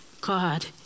God